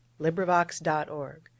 LibriVox.org